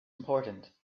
important